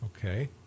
Okay